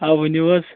آ ؤنِو حظ